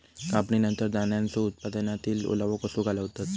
कापणीनंतर धान्यांचो उत्पादनातील ओलावो कसो घालवतत?